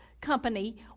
company